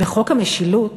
בחוק המשילות,